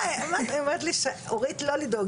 היא אומרת לי אורית לא לדאוג,